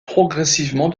progressivement